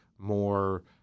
more